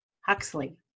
Huxley